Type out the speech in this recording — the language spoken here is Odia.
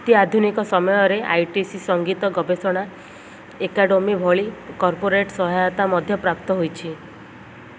ଅତି ଆଧୁନିକ ସମୟରେ ଆଇ ଟି ସି ସଙ୍ଗୀତ ଗବେଷଣା ଏକାଡ଼େମୀ ଭଳି କର୍ପୋରେଟ୍ ସହାୟତା ମଧ୍ୟ ପ୍ରାପ୍ତ ହୋଇଛି